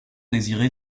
désiré